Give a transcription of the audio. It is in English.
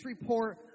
report